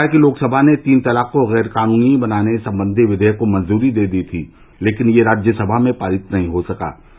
उन्होंने कहा कि लोकसभा ने तीन तलाक को गैर कानूनी बनाने संबंधी विधेयक को मंजूरी दे दी थी लेकिन यह राज्य सभा में पारित नहीं हो सका